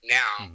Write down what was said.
now